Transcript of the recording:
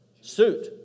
suit